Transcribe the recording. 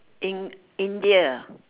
in~ India